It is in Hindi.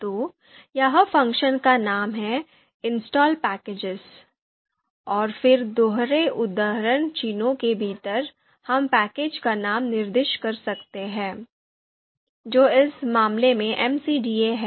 तो यह फ़ंक्शन का नाम है 'installpackages'और फिर दोहरे उद्धरण चिह्नों के भीतर हम पैकेज का नाम निर्दिष्ट कर सकते हैं जो इस मामले में MCDA है